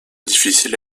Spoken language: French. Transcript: difficile